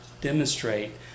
demonstrate